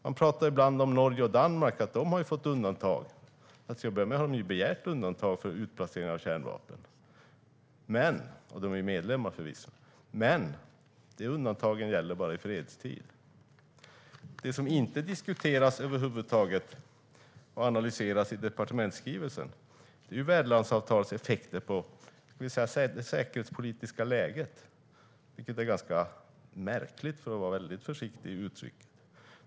Det pratas ibland om att Norge och Danmark har fått undantag. Till att börja med har de begärt undantag för utplacering av kärnvapen, och de är förvisso medlemmar. Men de undantagen gäller bara i fredstid. Det som inte diskuteras eller analyseras över huvud taget i departementsskrivelsen är värdlandsavtalets effekter på det säkerhetspolitiska läget, vilket är ganska märkligt för att uttrycka det väldigt försiktigt.